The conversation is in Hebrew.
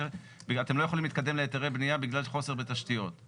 אתם לא יכולים להתקדם להיתרי בנייה בגלל חוסר בתשתיות.